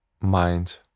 mind